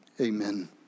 Amen